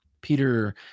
Peter